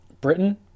Britain